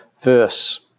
verse